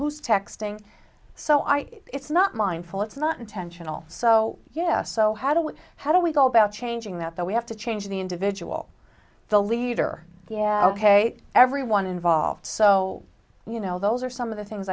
who's texting so i think it's not mindful it's not intentional so yes so how do we how do we go about changing that that we have to change the individual the leader yeah ok everyone involved so you know those are some of the things